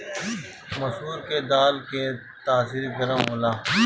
मसूरी के दाल के तासीर गरम होला